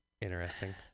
interesting